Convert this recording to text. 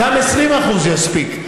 גם 20% יספיקו.